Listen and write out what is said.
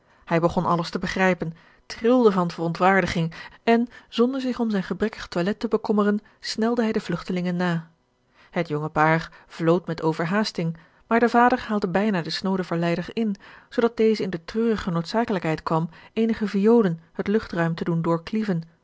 hij begon alles te begrijpen trilde van verontwaardiging en zonder zich om zijn gebrekkig toilet te bekommeren snelde hij de vlugtelingen na het jonge paar vlood met overhaasting maar de vader haalde bijna den snooden verleider in zoodat deze in de treurige noodzakelijkheid kwam eenige violen het luchtruim te doen